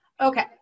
Okay